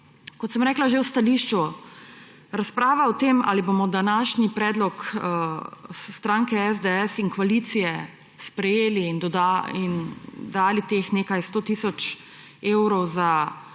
Kot sem rekla že v stališču, razprav o tem, ali bomo današnji predlog stranke SDS in koalicije sprejeli in dali teh nekaj 100 tisoč evrov za